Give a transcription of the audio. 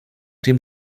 dem